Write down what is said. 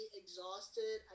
exhausted